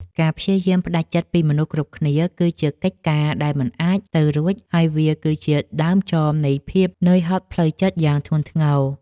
ការព្យាយាមផ្គាប់ចិត្តមនុស្សគ្រប់គ្នាគឺជាកិច្ចការដែលមិនអាចទៅរួច ហើយវាគឺជាដើមចមនៃភាពនឿយហត់ផ្លូវចិត្តយ៉ាងធ្ងន់ធ្ងរ។